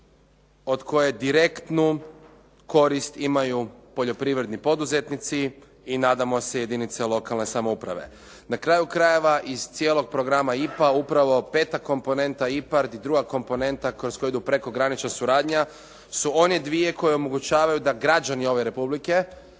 od kojeg direktnu korist imaju poljoprivredni poduzetnici i nadamo se jedinice lokalne samouprave. Na kraju krajeva iz cijelog programa IPA, upravo 5 komponenta IPARD i 2 komponenta kroz koje idu prekogranična suradnja su one 2 koje omogućavaju da građani ove Republike,